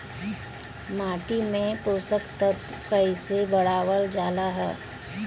माटी में पोषक तत्व कईसे बढ़ावल जाला ह?